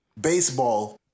baseball